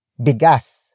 Bigas